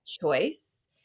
choice